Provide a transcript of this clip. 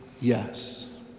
Yes